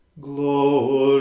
Glory